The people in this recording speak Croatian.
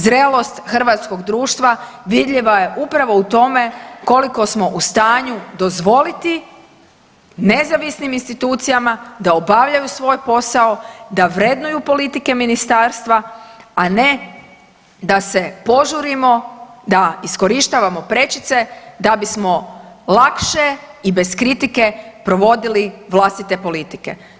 Zrelost hrvatskog društva vidljiva je upravo u tome koliko smo u stanju dozvoliti nezavisnim institucijama da obavljaju svoj posao, da vrednuju politike Ministarstva, a ne da se požurimo, da iskorištavamo prečice, da bismo lakše i bez kritike provodili vlastite politike.